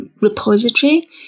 repository